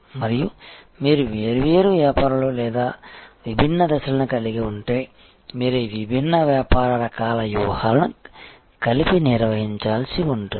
మరియు మీరు వేర్వేరు వ్యాపారాలు లేదా విభిన్న దశలను కలిగి ఉంటే మీరు ఈ విభిన్న వ్యాపార రకాల వ్యూహాలను కలిపి నిర్వహించాల్సి ఉంటుంది